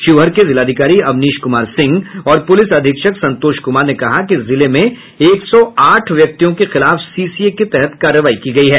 शिवहर के जिलाधिकारी अवनीश कुमार सिंह और पुलिस अधीक्षक संतोष कुमार ने कहा कि जिले में एक सौ आठ व्यक्तियों के खिलाफ सीसीए के तहत कार्रवाई की गयी है